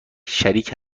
شریک